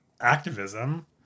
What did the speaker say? activism